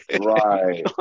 Right